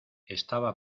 estaba